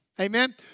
Amen